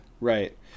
right